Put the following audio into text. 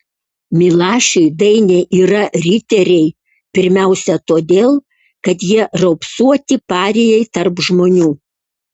milašiui dainiai yra riteriai pirmiausia todėl kad jie raupsuoti parijai tarp žmonių